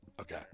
Okay